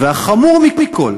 והחמור מכול,